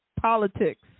Politics